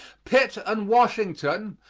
pitt and washington,